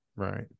Right